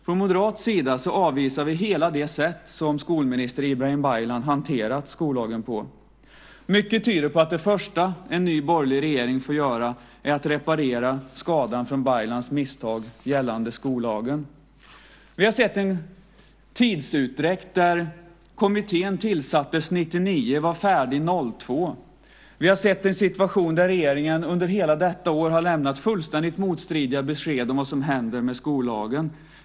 Från moderat sida avvisar vi hela det sätt som skolminister Ibrahim Baylan hanterat skollagen på. Mycket tyder på att det första en borgerlig regering får göra är att reparera skadan från Baylans misstag gällande skollagen. Vi har sett en tidsutdräkt där kommittén tillsattes 1999 och var färdig 2002. Vi har sett en situation där regeringen under hela detta år har lämnat fullständigt motstridiga besked om vad som händer med skollagen.